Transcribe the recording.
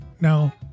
Now